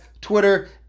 Twitter